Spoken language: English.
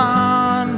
on